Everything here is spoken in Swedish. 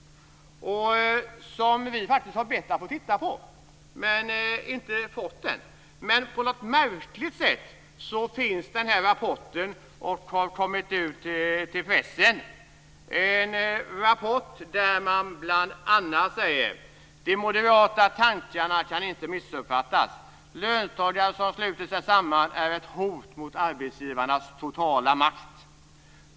Vi har faktiskt bett att få titta på den men inte fått det. Men på något märkligt sätt har den här rapporten kommit ut till pressen. Det är en rapport där man bl.a. säger: "De moderata tankarna kan inte missuppfattas. Löntagare som sluter sig samman är ett hot mot arbetsgivarnas totala makt.